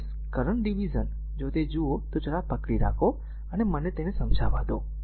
તેથી current division જો તે જુઓ તો જરા પકડી રાખો મને તેને સમજાવા દો